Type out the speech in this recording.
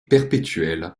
perpétuelle